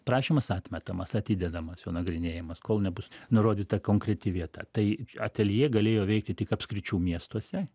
prašymas atmetamas atidedamas jo nagrinėjimas kol nebus nurodyta konkreti vieta tai ateljė galėjo veikti tik apskričių miestuose